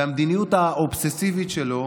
והמדיניות ה"אובססיבית" שלו